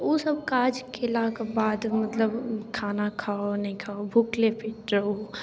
ओसब काज कएलाके बाद मतलब खाना खाउ नहि खाउ भुखले पेट रहू